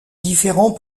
différents